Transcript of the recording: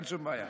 אין שום בעיה.